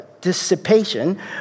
dissipation